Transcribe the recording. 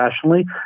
professionally